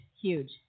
huge